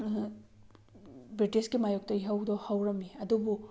ꯕ꯭ꯔꯤꯇꯤꯁꯀꯤ ꯃꯥꯏꯌꯣꯛꯇ ꯏꯍꯧꯗꯣ ꯍꯧꯔꯝꯃꯤ ꯑꯗꯨꯕꯨ